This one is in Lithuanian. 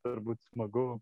turbūt smagu